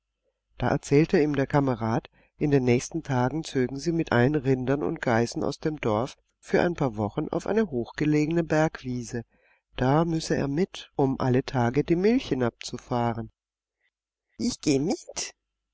da erzählte ihm der kamerad in den nächsten tagen zögen sie mit allen rindern und geißen aus dem dorf für ein paar wochen auf eine hochgelegene bergwiese da müsse er mit um alle tage die milch hinabzufahren ich geh mit